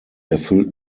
erfüllt